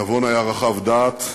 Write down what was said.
נבון היה רחב דעת,